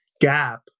gap